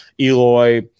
Eloy